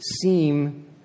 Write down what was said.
seem